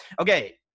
Okay